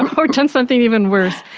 and or done something even worse.